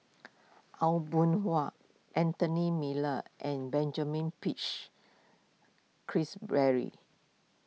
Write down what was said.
Aw Boon Haw Anthony Miller and Benjamin Peach Keasberry